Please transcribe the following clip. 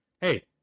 hey